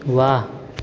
वाह